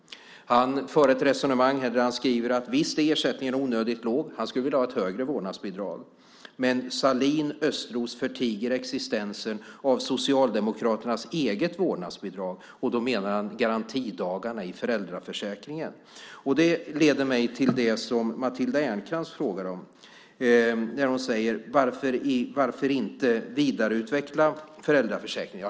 Han för ett resonemang där han skriver att visst är ersättningen onödigt låg - han skulle vilja ha ett högre vårdnadsbidrag - men att Sahlin och Östros förtiger existensen av Socialdemokraternas eget vårdnadsbidrag. Då menar han garantidagarna i föräldraförsäkringen. Det leder mig till det som Matilda Ernkrans frågar om när hon säger: Varför inte vidareutveckla föräldraförsäkringen?